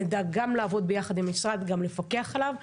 נדע גם לעבוד ביחד עם המשרד וגם לפקח עליו,